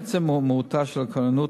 מעצם מהותה של הכוננות,